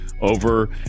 Over